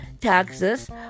taxes